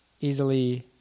easily